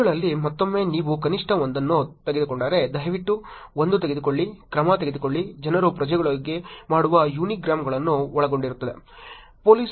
ಪ್ರಜೆಗಳಲ್ಲಿ ಮತ್ತೊಮ್ಮೆ ನೀವು ಕನಿಷ್ಟ ಒಂದನ್ನು ತೆಗೆದುಕೊಂಡರೆ ದಯವಿಟ್ಟು ಒಂದು ತೆಗೆದುಕೊಳ್ಳಿ ಕ್ರಮ ತೆಗೆದುಕೊಳ್ಳಿ ಜನರು ಪ್ರಜೆಗಳೊಳಗೆ ಮಾಡುವ ಯುನಿಗ್ರಾಮ್ಗಳನ್ನು ಒಳಗೊಂಡಿರುತ್ತದೆ